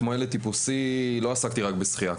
כמו ילד טיפוסי לא עסקתי רק בשחייה,